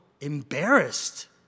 embarrassed